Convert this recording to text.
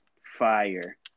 fire